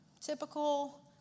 typical